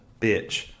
bitch